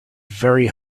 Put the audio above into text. very